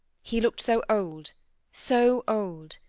he looked so old so old!